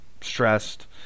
stressed